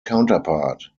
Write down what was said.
counterpart